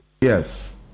Yes